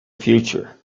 future